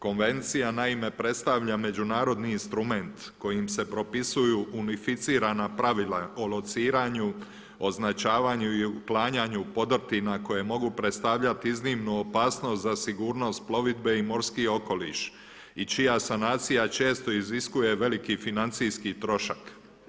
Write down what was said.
Konvencija naime predstavlja međunarodni instrument kojim se propisuju unificirana pravila o lociranju, označavanju i otklanjanju podrtina koje mogu predstavljati iznimnu opasnost za sigurnost plovidbe i morski okoliš i čija sanacija često iziskuje veliki financijski trošak.